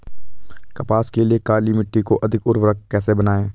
कपास के लिए काली मिट्टी को अधिक उर्वरक कैसे बनायें?